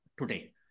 today